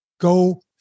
Go